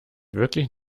wirklich